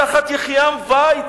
תחת יחיעם ויץ,